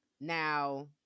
Now